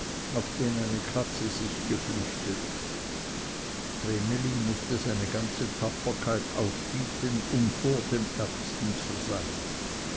auf den eine katze sich geflüchtet vreneli mußte seine ganze tapferkeit aufbieten um vor dem ärgsten zu sein